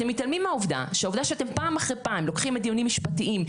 אתם מתעלמים מהעובדה שהעובדה שאתם פעם אחרי פעם לוקחים דיונים משפטיים,